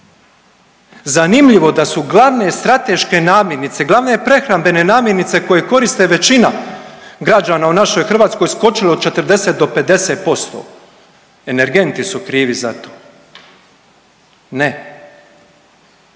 Zanimljivo da su glavne strateške namirnice, glavne prehrambene namirnice koje koriste većina građana u našoj Hrvatskoj skočile od 40 do 50%. Energenti su krivi za to. Ne. Nisu